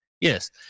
yes